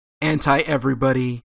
anti-everybody